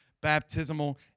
Baptismal